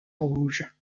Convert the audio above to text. rouge